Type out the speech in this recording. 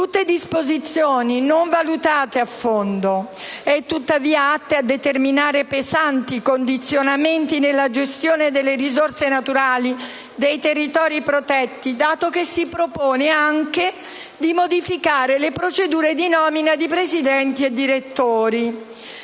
queste disposizioni, non valutate a fondo, sono tuttavia atte a determinare pesanti condizionamenti nella gestione delle risorse naturali dei territori protetti, dato che si propone di modificare le procedure di nomina di presidenti e direttori.